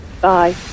Bye